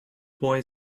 boy